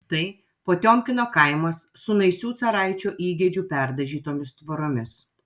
tai potiomkino kaimas su naisių caraičio įgeidžiu perdažytomis tvoromis